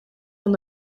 van